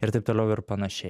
ir taip toliau ir panašiai